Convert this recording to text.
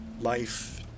life